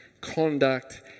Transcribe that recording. conduct